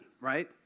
right